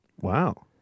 Wow